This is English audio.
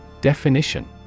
Definition